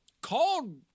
Called